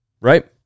right